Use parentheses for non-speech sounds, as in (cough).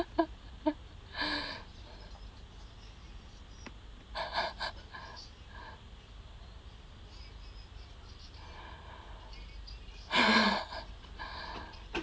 (laughs) (laughs) (laughs)